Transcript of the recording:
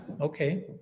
Okay